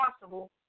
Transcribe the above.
possible